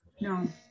no